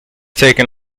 taken